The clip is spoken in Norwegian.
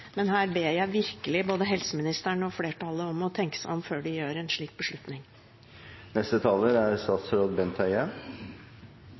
men her ber jeg virkelig både helseministeren og flertallet om å tenke seg om før de tar en beslutning. Det er